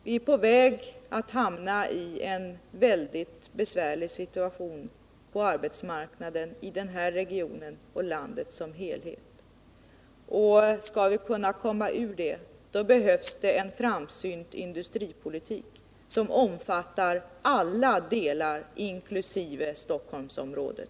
Vi är på väg att hamna i en mycket besvärlig situation på arbetsmarknaden i den här regionen och i landet som helhet. Skall vi kunna komma ur denna situation, behövs det en framsynt industripolitik som omfattar alla delar av landet, inkl. Stockholmsområdet.